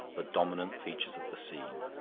the dominant features of the scene.